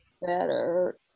better